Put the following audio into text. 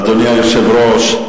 אדוני היושב-ראש,